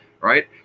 right